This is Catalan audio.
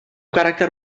caràcter